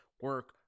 Work